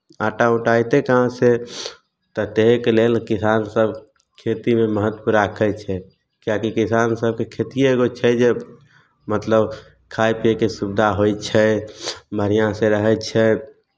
आँटा उँटा अयतै कहाँसँ तऽ ताहिके लेल किसानसभ खेतीमे महत्व राखै छै किएकि किसान सभके खेतिए एगो छै जे मतलब खाइ पियैके सुविधा होइ छै बढ़िआँसँ रहै छै